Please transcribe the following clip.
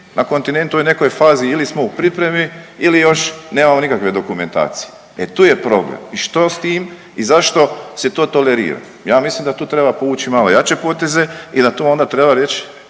na kontinentu je u nekoj fazi ili smo u pripremi ili još nemamo nikakve dokumentacije, e tu je problem i što s tim i zašto se to tolerira? Ja mislim da tu treba povući malo jače poteze i da tu onda treba reći